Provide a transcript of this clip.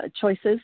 choices